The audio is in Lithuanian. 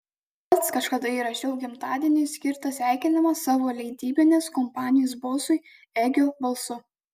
pats kažkada įrašiau gimtadieniui skirtą sveikinimą savo leidybinės kompanijos bosui egio balsu